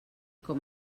com